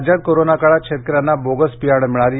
राज्यात कोरोना काळात शेतकऱ्यांना बोगस बियाणं मिळाली